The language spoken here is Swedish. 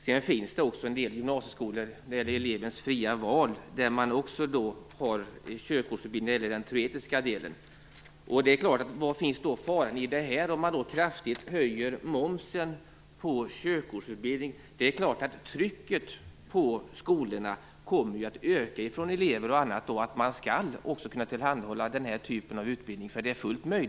Det finns också en del gymnasieskolor som inom ramen för elevens fria val bedriver teoretisk körkortsutbildning. Vari består då faran om man kraftigt höjer momsen på körkortsutbildningen? Det är klart att trycket kommer att öka på skolorna från elever och andra, att de skall tillhandahålla den här typen av utbildning.